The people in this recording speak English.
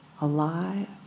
alive